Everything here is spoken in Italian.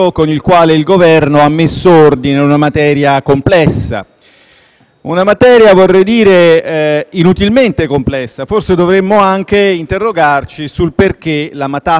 una materia - vorrei dire - inutilmente complessa. Forse, dovremmo anche interrogarci sul perché la matassa da districare fosse così complicata.